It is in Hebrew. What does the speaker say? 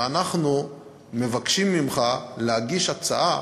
ואנחנו מבקשים ממך להגיש הצעה